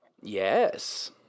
Yes